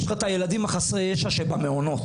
יש לך את הילדים חסרי הישע שבמעונות.